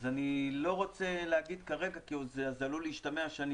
אני לא רוצה להגיד כרגע כי זה עלול להשתמע שאני